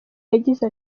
yagize